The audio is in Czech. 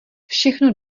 všechno